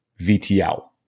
VTL